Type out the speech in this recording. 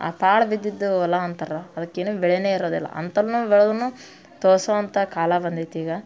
ಆ ಪಾಳು ಬಿದ್ದಿದ್ದು ಹೊಲ ಅಂತಾರ ಅದಕ್ಕೆ ಏನೂ ಬೆಳೆಯೇ ಇರೋದಿಲ್ಲ ಅಂಥವನ್ನು ಬೆಳೆದ್ರೂ ಕಾಲ ಬಂದೈತೆ ಈಗ